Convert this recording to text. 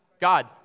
God